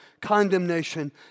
condemnation